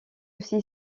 aussi